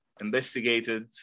investigated